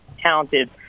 talented